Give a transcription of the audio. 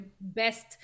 best